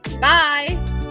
bye